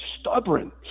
stubborn